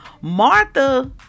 martha